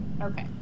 Okay